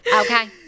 okay